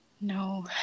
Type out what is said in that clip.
No